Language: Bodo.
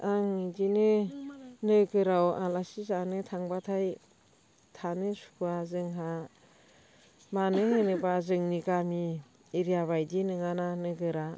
आं बिदिनो नोगोराव आलासि जानो थांबाथाय थानो सुखुवा जोंहा मानो होनोबा जोंनि गामि एरिया बायदि नङाना नोगोरा